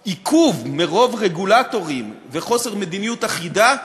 העיכוב, מרוב רגולטורים וחוסר מדיניות אחידה,